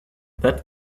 that